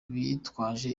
bitwaje